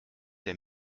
der